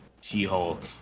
She-Hulk